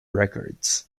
records